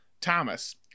Thomas